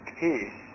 peace